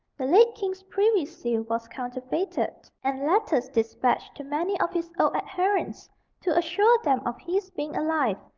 the late king's privy seal was counterfeited, and letters despatched to many of his old adherents to assure them of his being alive,